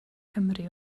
cymru